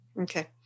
Okay